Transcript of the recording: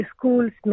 Schools